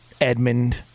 Edmund